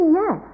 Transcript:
yes